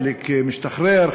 חלק משתחרר,